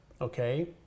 okay